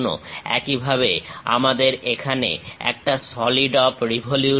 একইভাবে আমাদের এখানে একটা সলিড অফ রিভলিউশন আছে